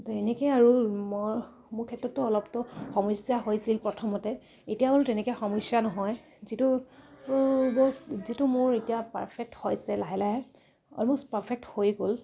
তো এনেকে আৰু মই মোৰ ক্ষেত্ৰততো অলপটো সমস্যা হৈছিল প্ৰথমতে এতিয়া আৰু তেনেকে সমস্যা নহয় যিটো বস্তু যিটো মোৰ এতিয়া পাৰফেক্ট হৈছে লাহে লাহে অলম'ষ্ট পাৰফেক্ট হৈ গ'ল